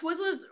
Twizzlers